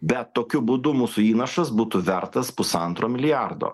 bet tokiu būdu mūsų įnašas būtų vertas pusantro milijardo